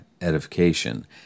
edification